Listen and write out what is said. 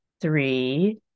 three